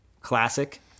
classic